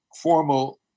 formal